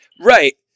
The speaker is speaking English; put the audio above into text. right